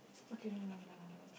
okay no no no no no